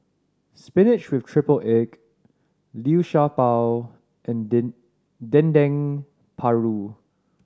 spinach with triple egg Liu Sha Bao and Dendeng Paru